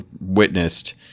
witnessed